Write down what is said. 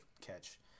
catch